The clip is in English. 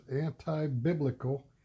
anti-biblical